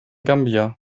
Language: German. gambia